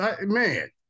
Man